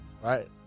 Right